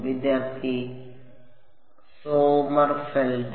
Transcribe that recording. വിദ്യാർത്ഥി സോമർഫെൽഡ്